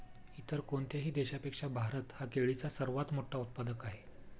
इतर कोणत्याही देशापेक्षा भारत हा केळीचा सर्वात मोठा उत्पादक आहे